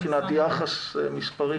מבחינת יחס מספרי?